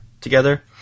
together